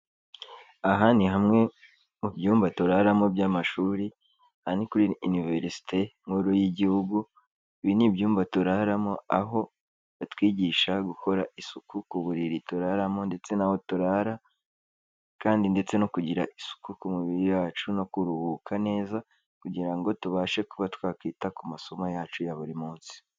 Aha ni hamwe mu byumba turaramo by'amashuri, aha ni kuri iniverisite Nkuru y'Igihugu, ibi ni ibyumba turaramo aho, batwigisha gukora isuku ku buriri turaramo ndetse n'aho turara, kandi ndetse no kugira isuku ku mubiri yacu no kuruhuka neza, kugira ngo tubashe kuba twakwita ku masomo yacu ya buri munsi.